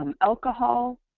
Alcohol